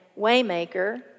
Waymaker